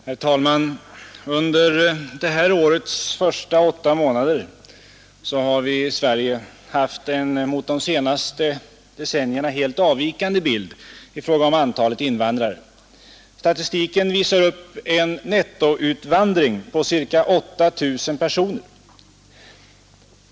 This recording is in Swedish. Herr talman! Under det här årets första åtta månader har vi i Sverige haft en mot de senaste decennierna helt avvikande bild i fråga om antalet invandrare. Statistiken visar upp en nettoutvandring på ca 8 000 personer.